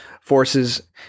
forces